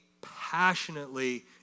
passionately